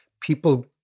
People